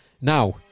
Now